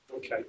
Okay